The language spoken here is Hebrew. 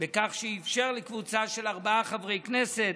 בכך שאפשר לקבוצה של ארבעה חברי כנסת